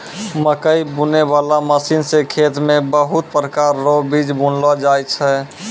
मकैइ बुनै बाला मशीन से खेत मे बहुत प्रकार रो बीज बुनलो जाय छै